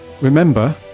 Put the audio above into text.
remember